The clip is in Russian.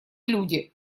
люди